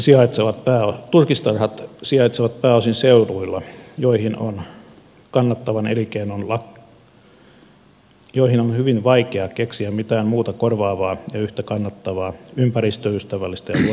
nykyisin turkistarhat sijaitsevat pääosin seuduilla joihin on hyvin vaikea keksiä mitään muuta korvaavaa ja yhtä kannattavaa ympäristöystävällistä ja luonnonmukaista elinkeinoa